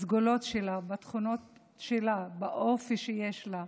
בסגולות שלה, בתכונות שלה, באופי שיש לה,